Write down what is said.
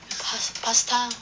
pas~ pasta